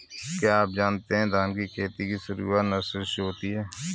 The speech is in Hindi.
क्या आप जानते है धान की खेती की शुरुआत नर्सरी से होती है?